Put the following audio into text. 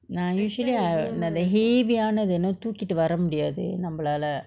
nah usually I will நா அந்த:naa andtha heavy யானதென தூக்கிட்டு வர முடியாது நம்மலால:yaanathena thookkittu vara mudiyaathu nammalaala